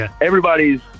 Everybody's